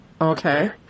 okay